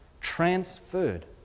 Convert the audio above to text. transferred